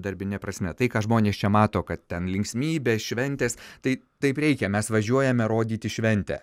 darbine prasme tai ką žmonės čia mato kad ten linksmybės šventės tai taip reikia mes važiuojame rodyti šventę